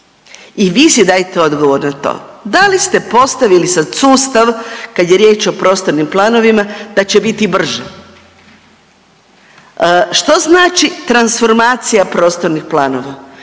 i vi si dajte odgovor na to da li ste postavili sad sustav kad je riječ o prostornim planovima da će biti brže? Što znači transformacija prostornih planova?